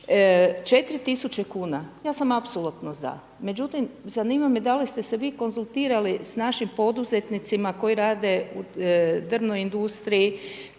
4000 kuna, ja sam apsolutno za međutim zanima me da li ste vi konzultirali sa našim poduzetnicima koji rade u drvna industriji,